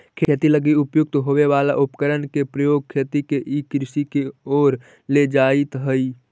खेती लगी उपयुक्त होवे वाला उपकरण के प्रयोग खेती के ई कृषि के ओर ले जाइत हइ